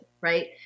right